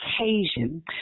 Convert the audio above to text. occasion